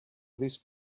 these